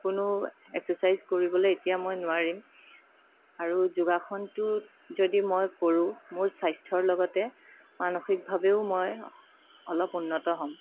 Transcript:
কোনো এক্সাৰচাইজ কৰিবলৈ এতিয়া মই নোৱাৰিম আৰু যোগাসনটো যদি মই কৰোঁ মোৰ স্বাস্থ্যৰ লগতে মানসিকভাৱেও মই অলপ উন্নত হ'ম